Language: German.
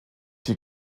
die